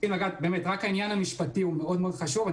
העניין המשפטי הוא מאוד מאוד חשוב.